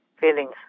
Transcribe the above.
feelings